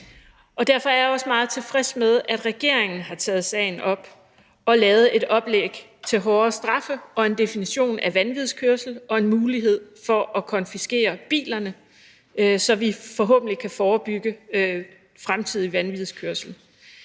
Derfor er jeg også meget tilfreds med, at regeringen har taget sagen op og lavet et oplæg til hårdere straffe og en definition af vanvidskørsel og en mulighed for at konfiskere bilerne, så vi forhåbentlig kan forebygge fremtidig vanvidskørsel.